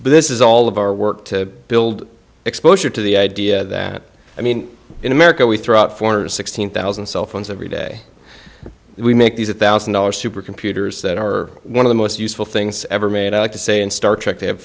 so this is all of our work to build exposure to the idea that i mean in america we throw out foreigners sixteen thousand cell phones every day we make these a one thousand dollar supercomputers that are one of the most useful things ever made out to say in star trek they have